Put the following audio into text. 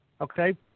Okay